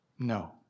No